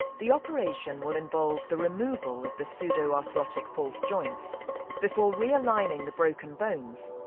the operation will involve the removal of the pseudoarthrotic false joints before re-aligning the broken bones